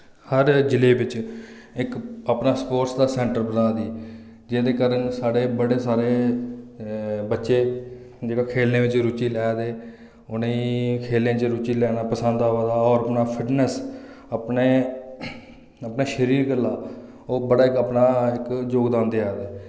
हर जिले बिच इक अपना स्पोर्ट्स दा सैंटर बना दी जेह्दे कारण साढ़े बड़े सारे बच्चे जेह्ड़ा खेलने बिच रूचि लै दे उ'नेंई खेलने च रूचि लैना पसंद आवा दा और अपना फिटनेस अपने अपने शरीर गल्ला ओह् बड़ा इक अपना इक जोगदान दिया दे